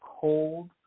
cold